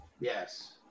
Yes